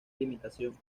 limitación